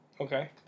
Okay